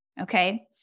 okay